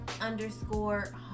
underscore